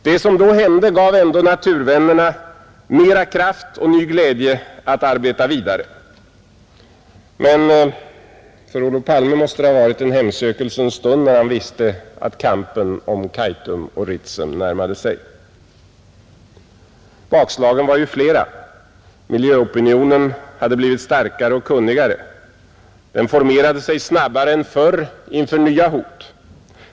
Det som då hände gav ändå naturvännerna mera kraft och ny glädje att arbeta vidare, men för Olof Palme måste det ha varit en hemsökelsens stund när han visste att kampen om Ritsem och Kaitum närmade sig. Bakslagen var ju flera. Miljöopinionen hade blivit starkare och kunnigare. Den formerade sig snabbare än förr inför nya hot.